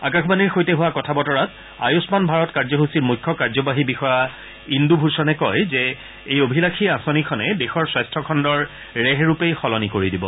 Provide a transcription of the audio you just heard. আকাশবাণীৰ সৈতে হোৱা কথা বতৰাত আয়ুস্মান ভাৰত কাৰ্যসূচীৰ মুখ্য কাৰ্যবাহী বিষয়া ইন্দু ভূষণে কয় যে এই অভিলাষী আঁচনিখনে দেশৰ স্বাস্থ্যখণ্ডৰ ৰেহ ৰূপেই সলনি কৰি দিব